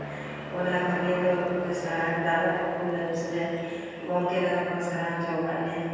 ᱚᱱᱟ ᱠᱟᱹᱢᱤ ᱫᱚ ᱥᱮᱬᱟ ᱟᱠᱟᱫᱟᱞᱮ ᱨᱟᱭᱯᱩᱨ ᱞᱮᱢᱯᱥ ᱨᱮ ᱜᱚᱝᱠᱮ ᱛᱟᱠᱚ ᱠᱚ ᱥᱮᱬᱟ ᱦᱚᱪᱚ ᱟᱠᱟᱫ ᱞᱮᱭᱟ